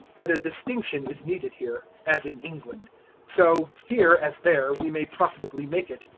but a distinction is needed here, as in england so, here as there, we may profitably make it,